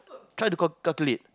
try to cal~ calculate